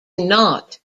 not